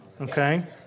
Okay